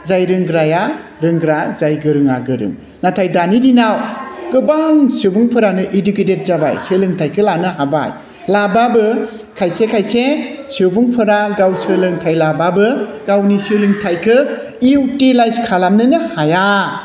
जाय रोंग्राया रोंग्रा जाय गोरोङा गोरों नाथाय दानि दिनाव गोबां सुबुंफोरानो इडुकेटेड जाबाय सोंलोंथाइखौ लानो हाबाय लाबाबो खायसे खायसे सुबुंफोरा गाव सोलोंथाइ लाबाबो गावनि सोलोंथाइखो इउटिलाइस खालामनोनो हाया